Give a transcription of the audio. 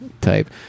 Type